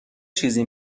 چیزی